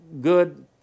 good